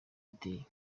iteye